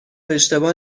اشتباه